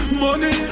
money